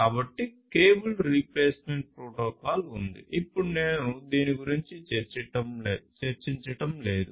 కాబట్టి cable replacement protocol ఉంది ఇప్పుడు నేను దీని గురించి చర్చించడం లేదు